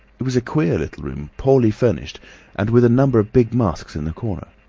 it was a queer little room, poorly furnished and with a number of big masks in the corner.